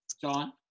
john